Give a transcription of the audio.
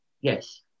Yes